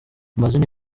amazina